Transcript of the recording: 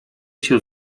się